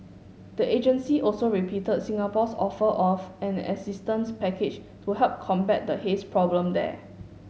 the agency also repeated Singapore's offer of an assistance package to help combat the haze problem there